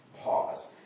Pause